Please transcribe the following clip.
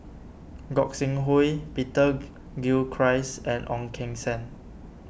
Gog Sing Hooi Peter Gilchrist and Ong Keng Sen